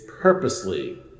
purposely